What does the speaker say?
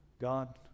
God